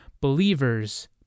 believers